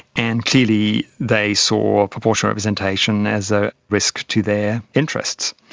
and clearly they saw ah proportional representation as a risk to their interests.